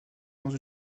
dans